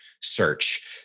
search